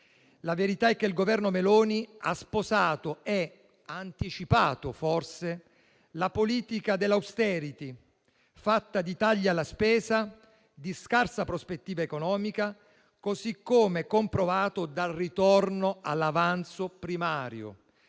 La verità è che il Governo Meloni ha sposato e ha anticipato forse la politica dell'*austerity*, fatta di tagli alla spesa e di scarsa prospettiva economica, così come comprovato dal ritorno all'avanzo primario,